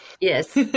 Yes